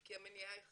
כי המניעה היא חשובה,